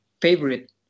favorite